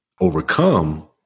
overcome